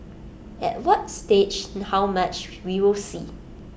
at what stage how much we will see